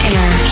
Air